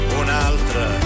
un'altra